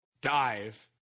dive